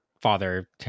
father